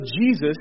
Jesus